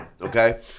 okay